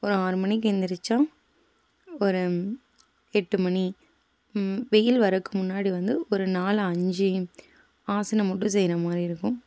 ஒரு ஆறு மணிக்கு எந்திரிச்சால் ஒரு எட்டு மணி வெயில் வர்றதுக்கு முன்னாடி வந்து ஒரு நாலு அஞ்சு ஆசனம் மட்டும் செய்கிற மாதிரி இருக்கும்